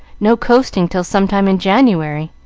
no coasting till some time in january.